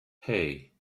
hey